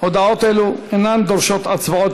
הודעות אלו אינן דורשות הצבעות,